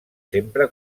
sempre